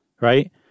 right